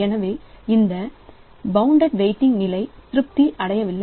எனவே இந்த bounded waiting நிலை திருப்தி அடையவில்லை